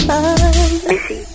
Missy